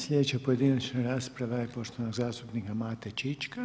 Sljedeća pojedinačna rasprava je poštovanog zastupnika Mate Čička.